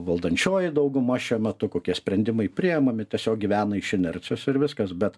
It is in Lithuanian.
valdančioji dauguma šiuo metu kokie sprendimai priimami tiesiog gyvena iš inercijos ir viskas bet